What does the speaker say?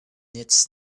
needs